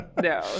no